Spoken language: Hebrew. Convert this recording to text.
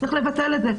צריך לבטל את זה.